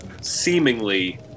seemingly